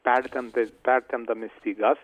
perkanda perkandami stygas